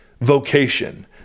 vocation